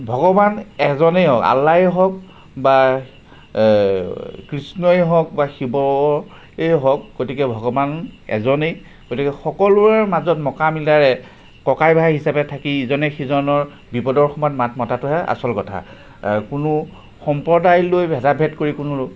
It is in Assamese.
ভগৱান এজনেই হয় আল্লাই হওক বা কৃষ্ণই হওক বা শিৱয়েই হওক গতিকে ভগৱান এজনেই গতিকে সকলোৰে মাজত মোকামিলাৰে ককাই ভাই হিচাপে থাকি ইজনে সিজনৰ বিপদৰ সময়ত মাত মতাটোহে আচল কথা কোনো সম্প্ৰদায় লৈ ভেদাভেদ কৰি কোনো